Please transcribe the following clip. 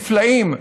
נפלאים,